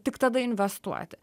tik tada investuoti